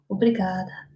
Obrigada